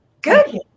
Good